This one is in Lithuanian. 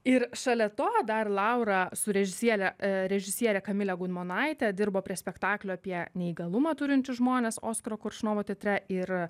ir šalia to dar laura su režisiere režisiere kamile gudmonaite dirbo prie spektaklio apie neįgalumą turinčius žmones oskaro koršunovo teatre ir